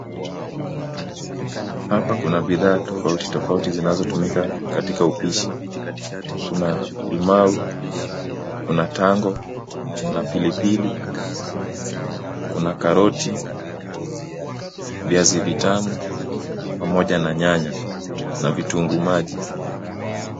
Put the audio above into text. Hapa kuna bidhaa tofauti tofauti zinazotumika katika upishi. Kuna limau, kuna tango, kuna pilipili, kuna karoti, viazi vitamu pamoja na nyanya na vitunguu maji.